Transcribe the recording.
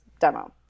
demo